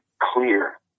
clear